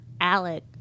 Alec